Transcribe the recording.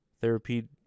Therapy